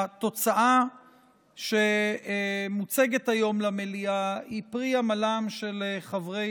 התוצאה שמוצגת היום למליאה היא פרי עמלם של חברי